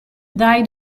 died